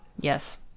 Yes